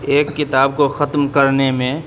ایک کتاب کو ختم کرنے میں